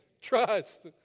Trust